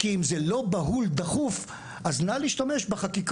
כי אם זה לא בהול ודחוף, אז נא להשתמש בחקיקות